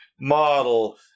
model